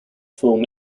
film